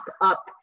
up